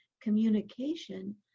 communication